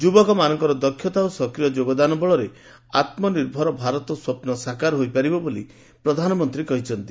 ଯୁବକମାନଙ୍କର ଦକ୍ଷତା ଓ ସକ୍ରିୟ ଯୋଗଦାନ ବଳରେ ଆତ୍ମନିର୍ଭର ଭାରତ ସ୍ୱପୁ ସାକାର ହୋଇପାରିବ ବୋଲି ପ୍ରଧାନମନ୍ତ୍ରୀ କହିଛନ୍ତି